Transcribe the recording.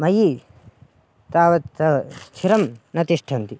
मयि तावत् स्थिरं न तिष्ठन्ति